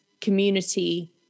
community